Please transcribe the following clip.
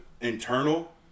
internal